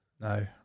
No